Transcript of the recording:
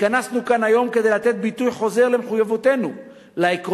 התכנסנו כאן היום כדי לתת ביטוי חוזר למחויבותנו לעקרונות